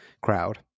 crowd